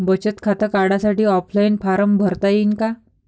बचत खातं काढासाठी ऑफलाईन फारम भरता येईन का?